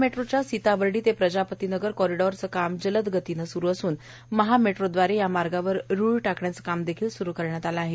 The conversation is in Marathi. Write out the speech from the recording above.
महा मेट्रोच्या सिताबर्डी ते प्रजापती नगर कॉरीडोरचं कार्य जलद गतीनं स्रु असून महा मेट्रो द्वारे या मार्गावर रूळ टाकण्याचं काम देखील सुरु करण्यात आलं आहे